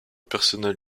personnel